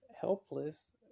helpless